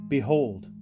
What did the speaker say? Behold